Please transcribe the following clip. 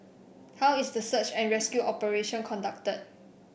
how is the search and rescue operation conducted